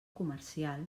comercial